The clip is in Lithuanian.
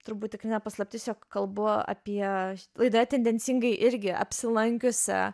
turbūt tikrai ne paslaptis jog kalbu apie laidoje tendencingai irgi apsilankiusią